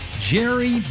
Jerry